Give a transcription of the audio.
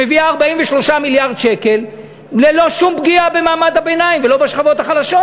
שמביאה 43 מיליארד שקל ללא שום פגיעה במעמד הביניים ולא בשכבות החלשות.